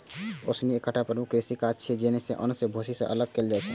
ओसौनी एकटा प्रमुख कृषि काज छियै, जइसे अन्न कें भूसी सं अलग कैल जाइ छै